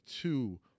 two